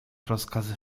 rozkazy